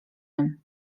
nym